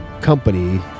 company